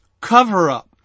cover-up